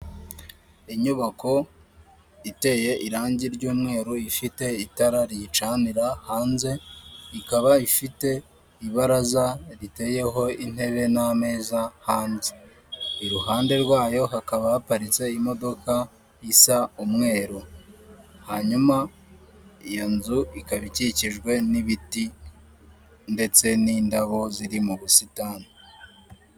Inyubako iteye irangi ry'umweru ifite itara riyicanira hanze ikaba ifite ibaraza riteyeho intebe n'ameza handi iruhande rwayo hakaba haparitse imodoka isa umweru hanyuma iyo nzu ikaba ikikijwe n'ibiti ndetse n'indabo ziri mu busitani.